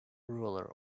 ruler